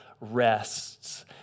rests